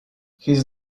his